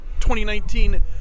2019